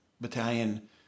battalion